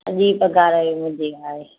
सॼी पघार ई हूंदी आहे